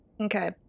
Okay